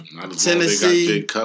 Tennessee